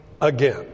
again